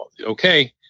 Okay